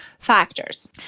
Factors